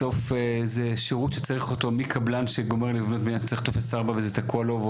בסוף זה שירות שצריך אותו מקבלן שגומר לבנות וצריך טופס 4 וזה תקוע לו.